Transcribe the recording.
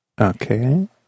Okay